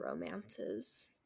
romances